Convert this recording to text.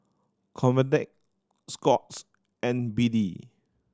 Convatec Scott's and B D